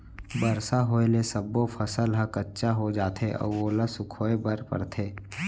बरसा होए ले सब्बो फसल ह कच्चा हो जाथे अउ ओला सुखोए बर परथे